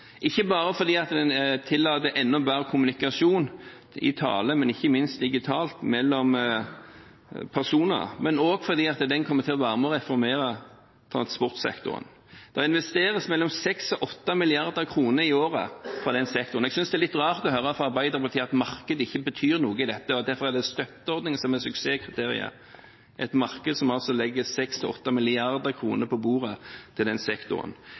ikke bare fordi den tillater enda bedre kommunikasjon i tale, og ikke minst digitalt mellom personer, men også fordi den kommer til å være med og reformere transportsektoren. Det investeres mellom 6 og 8 mrd. kr i året i den sektoren. Jeg synes det er litt rart å høre fra Arbeiderpartiet at markedet ikke betyr noe i dette, og det derfor er støtteordninger som er suksesskriteriet – et marked som altså legger 6 til 8 mrd. kr på bordet til sektoren.